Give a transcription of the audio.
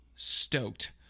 stoked